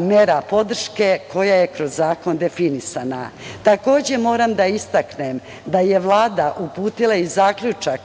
mera podrške koja je kroz zakon definisana. Takođe, moram da istaknem da je Vlad uputila i zaključak